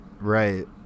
Right